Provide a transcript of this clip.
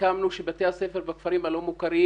סיכמנו שבתי הספר בכפרים הלא מוכרים